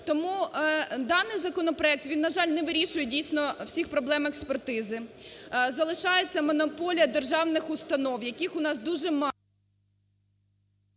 Тому даний законопроект, він, на жаль, не вирішує, дійсно, всіх проблем експертизи. Залишається монополія державних установ, яких у нас дуже мало.